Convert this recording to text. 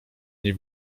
nie